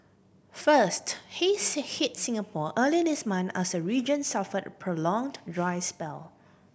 first haze hit Singapore earlier this month as the region suffered a prolonged spell